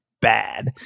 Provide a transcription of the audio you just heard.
Bad